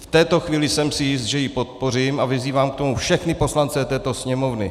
V této chvíli jsem si jist, že ji podpořím, a vyzývám k tomu všechny poslance této Sněmovny.